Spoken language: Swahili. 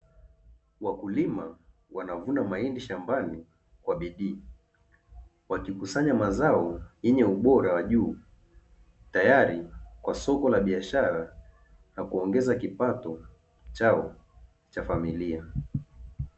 Wakulima wanavuna mahindi shambani kwa bidii wakikusanya mazao yenye ubora wa juu, tayari kwa soko la biashara na kuongeza kipato chao cha familia.